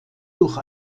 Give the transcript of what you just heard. durch